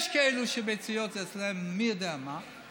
יש כאלה שביציות זה אצלם מי יודע מה,